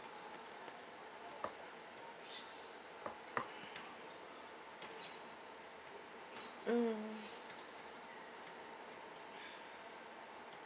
mm